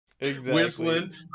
whistling